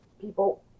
people